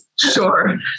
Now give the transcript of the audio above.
Sure